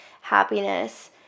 happiness